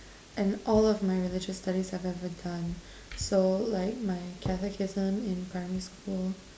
and all of my religious studies I've ever done so like my catechism in primary school